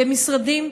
במשרדים.